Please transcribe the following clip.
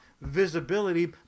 visibility